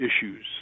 issues